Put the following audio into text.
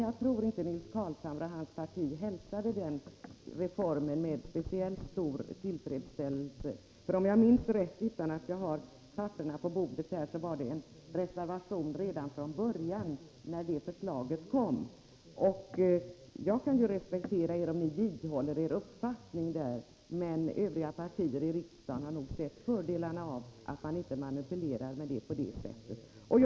Jag tror inte att Nils Carlshamre och hans parti hälsade reformen med särskilt stor tillfredsställelse. Om jag minns rätt — jag har inte papperen på bordet — fanns det en reservation redan från början när förslaget lades fram. Jag kan respektera er om ni vidhåller er uppfattning, men de övriga partierna i riksdagen har nog sett fördelarna av att man inte manipulerar på det här området.